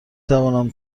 توانم